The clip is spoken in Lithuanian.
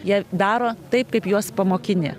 jie daro taip kaip juos pamokini